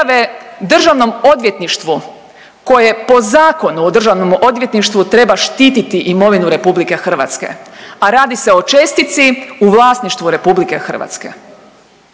Državnom odvjetništvu koje po Zakonu o Državnom odvjetništvu treba štiti imovinu RH, a radi se o čestici u vlasništvu RH.